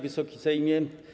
Wysoki Sejmie!